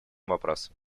вопросом